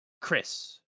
Chris